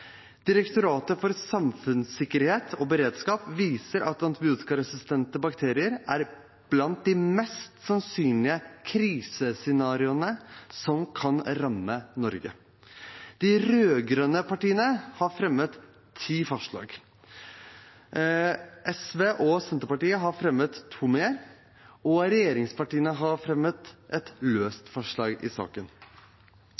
Direktoratet for samfunnssikkerhet og beredskap viser at antibiotikaresistente bakterier er blant de mest sannsynlige krisescenarioene som kan ramme Norge. De rød-grønne partiene har fremmet ti forslag. SV og Senterpartiet har fremmet to til, og regjeringspartiene har fremmet et